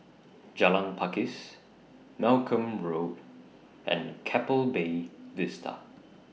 Jalan Pakis Malcolm Road and Keppel Bay Vista